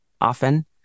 often